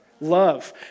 love